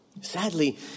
Sadly